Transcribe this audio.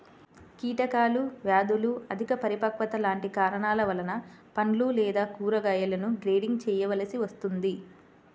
కీటకాలు, వ్యాధులు, అధిక పరిపక్వత లాంటి కారణాల వలన పండ్లు లేదా కూరగాయలను గ్రేడింగ్ చేయవలసి వస్తుంది